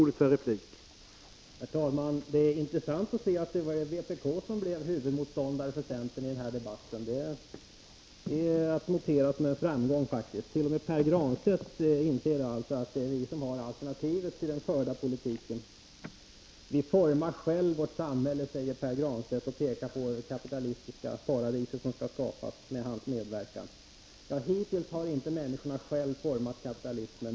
Herr talman! Det är intressant att se att det var vpk som blev huvudmotståndare till centern i den här debatten. Det noterar jag faktiskt som en framgång. T. o. m. Pär Granstedt inser alltså nu att det är vi som har alternativet till den förda politiken. Vi formar själva vårt samhälle, säger Pär Granstedt, och pekar på det kapitalistiska paradis som skall skapas med hans medverkan. Men hittills har inte människorna själva format det kapitalistiska samhället.